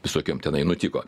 visokiom tenai nutiko